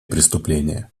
преступления